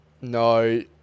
No